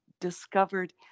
discovered